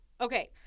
Okay